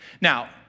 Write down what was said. Now